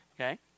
Okay